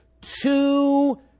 two